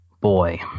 Boy